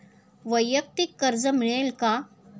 वैयक्तिक कर्ज मिळेल का?